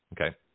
Okay